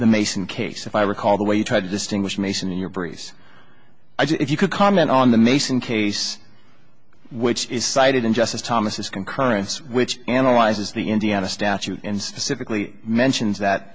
the mason case if i recall the way you tried to distinguish mason in your breeze if you could comment on the mason case which is cited in justice thomas concurrence which analyzes the indiana statute and specifically mentions that